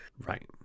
Right